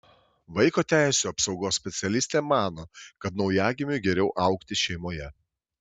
vaiko teisių apsaugos specialistė mano kad naujagimiui geriau augti šeimoje